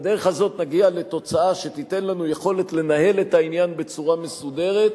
בדרך הזאת נגיע לתוצאה שתיתן לנו יכולת לנהל את העניין בצורה מסודרת,